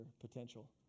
potential